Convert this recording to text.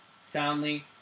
soundly